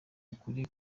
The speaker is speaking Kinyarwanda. uku